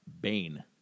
Bane